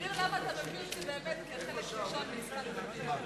תסביר למה אתה מביא את זה באמת כחלק ראשון בעסקת החבילה.